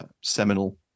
seminal